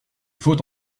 faut